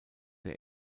der